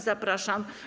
Zapraszam.